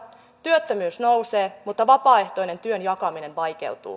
työttömyys nousee mutta vapaaehtoinen työn jakaminen vaikeutuu